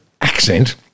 accent